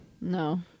No